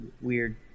weird